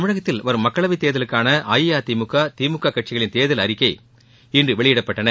தமிழகத்தில் வரும் மக்களவை தேர்தலுக்கான அஇஅதிமுக திமுக கட்சிகளின் தேர்தல் அறிக்கை இன்று வெளியிடப்பட்டன